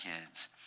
kids